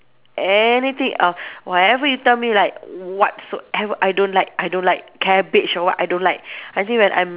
anything else whatever you tell me like whatsoever I don't like I don't like cabbage or what I don't like I think when I'm